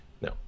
No